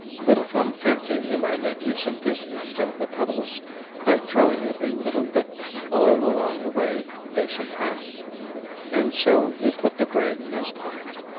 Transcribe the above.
little thumb fancied he might make use of this instead of the pebbles by throwing it in little bits all along the way they should pass and so he put the bread in his pocket.